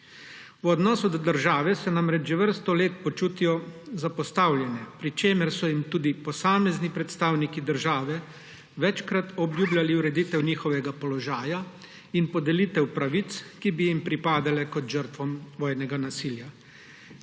V odnosu do države se namreč že vrsto let počutijo zapostavljene, pri čemer so jim tudi posamezni predstavniki države večkrat obljubljali ureditev njihovega položaja in podelitev pravic, ki bi jim pripadale kot žrtvam vojnega nasilja.